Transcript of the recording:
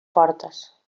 portes